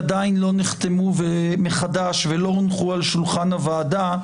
עדיין לא נחתמו מחדש ולא הונחו על שולחן הוועדה,